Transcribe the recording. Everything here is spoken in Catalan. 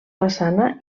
façana